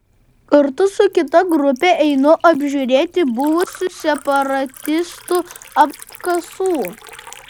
kartu su kita grupe einu apžiūrėti buvusių separatistų apkasų